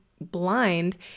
blind